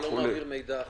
הוא לא מעביר מידע החוצה.